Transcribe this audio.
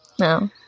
No